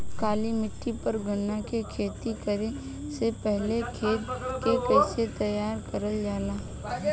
काली मिट्टी पर गन्ना के खेती करे से पहले खेत के कइसे तैयार करल जाला?